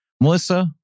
Melissa